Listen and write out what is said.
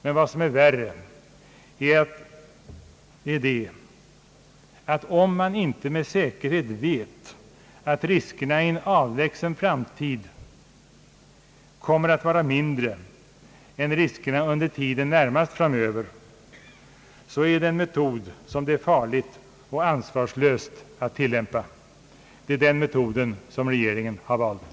Men vad som är värre är, att om man inte med säkerhet vet att riskerna i en avlägsen framtid kommer att vara mindre än riskerna under tiden närmast framöver, så är det en metod som det är farligt och ansvarslöst att tilllämpa. Det är den metoden som regeringen har valt.